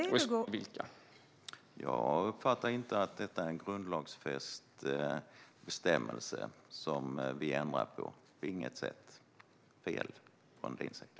Fru talman! Jag uppfattar inte att detta är en grundlagsfäst bestämmelse som vi ändrar på - inte på något sätt. Det är fel från din sida.